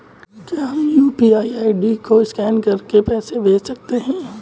क्या हम किसी यू.पी.आई आई.डी को स्कैन करके पैसे भेज सकते हैं?